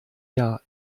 jahr